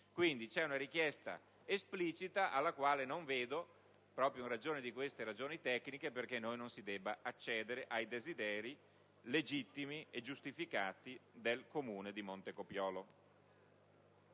quindi una richiesta esplicita, e non vedo, in ragione di queste motivazioni tecniche, perché non si debba accedere ai desideri, legittimi e giustificati, del Comune di Montecopiolo.